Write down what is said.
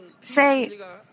Say